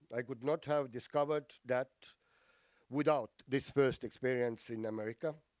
i could not have discovered that without this first experience in america,